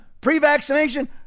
pre-vaccination